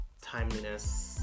timeliness